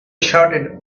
shouted